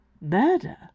Murder